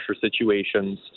situations